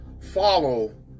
follow